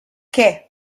què